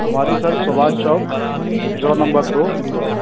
हमारी sir Subhash Chowk zone number दो इंदौर